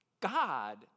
God